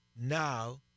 Now